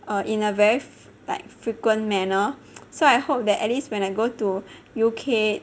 err in a very like frequent manner so I hope that at least when I go to U_K